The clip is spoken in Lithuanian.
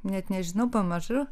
net nežinau pamažu